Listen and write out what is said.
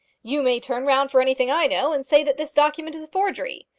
you may turn round for anything i know, and say that this document is a forgery.